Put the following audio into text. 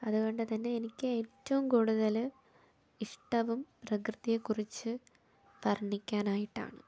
അതുകൊണ്ട് തന്നെ എനിക്ക് ഏറ്റോം കൂടുതൽ ഇഷ്ടവും പ്രകൃതിയെക്കുറിച്ച് വർണ്ണിക്കാനായിട്ടാണ്